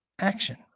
action